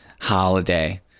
holiday